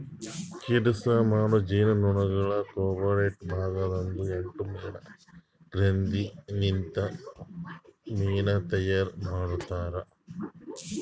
ಕೆಲಸ ಮಾಡೋ ಜೇನುನೊಣಗೊಳ್ ಕೊಬ್ಬೊಟ್ಟೆ ಭಾಗ ದಾಂದು ಎಂಟು ಮೇಣ ಗ್ರಂಥಿ ಲಿಂತ್ ಮೇಣ ತೈಯಾರ್ ಮಾಡ್ತಾರ್